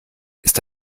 ist